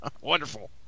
Wonderful